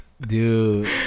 Dude